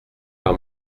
par